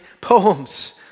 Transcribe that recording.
poems